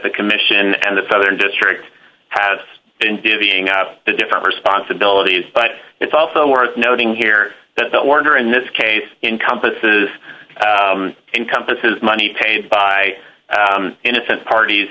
the commission and the feather district had been giving out the different responsibilities but it's also worth noting here that the order in this case encompasses encompasses money paid by innocent parties